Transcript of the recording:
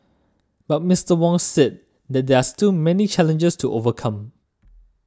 but Mister Wong said that there are still many challenges to overcome